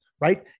right